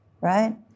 right